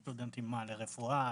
סטודנטים מה, לרפואה?